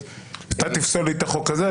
אתה תפסול לי את החוק הזה,